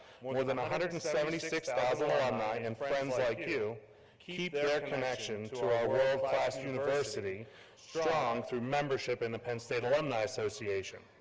more than one hundred and seventy six thousand alumni and and friends like you keep their connection to our world class university strong through membership in the penn state alumni association.